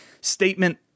statement